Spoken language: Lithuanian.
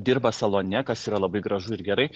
dirba salone kas yra labai gražu ir gerai